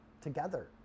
together